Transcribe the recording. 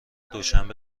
دوشنبه